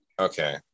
Okay